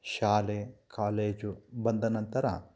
ಶಾಲೆ ಕಾಲೇಜು ಬಂದ ನಂತರ